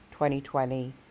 2020